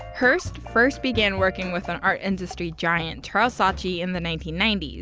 hirst first began working with an art industry giant, charles saatchi, in the nineteen ninety s.